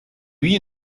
you